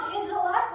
intellect